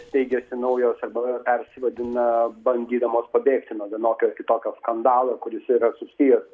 steigiasi naujos arba persivadina bandydamos pabėgti nuo vienokio ar kitokio skandalo kuris yra susijęs